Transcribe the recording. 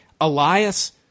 Elias